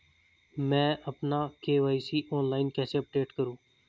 मैं अपना KYC online कैसे अपडेट करूँ?